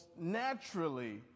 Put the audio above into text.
naturally